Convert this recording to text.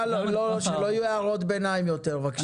שלא יהיו הערות ביניים יותר בבקשה.